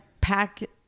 pack